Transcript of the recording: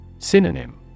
Synonym